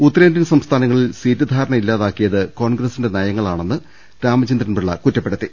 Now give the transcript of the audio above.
ഉത്തരേന്ത്യൻ സംസ്ഥാനങ്ങളിൽ സീറ്റ് ധാരണ ഇല്ലാതാക്കിയത് കോൺഗ്രസിന്റെ നയങ്ങളാണെന്ന് രാമചന്ദ്രൻപിള്ള വ്യക്തമാക്കി